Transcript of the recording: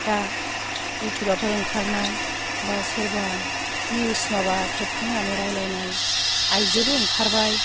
दा इउटुबारफोर ओंखारनाय बा सोरबा निउस माबा खेबखांनानै रायलायनाय आयजोबो ओंखारबाय